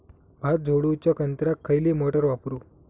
भात झोडूच्या यंत्राक खयली मोटार वापरू?